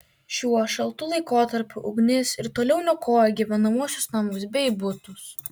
šiuo šaltu laikotarpiu ugnis ir toliau niokoja gyvenamuosius namus bei butus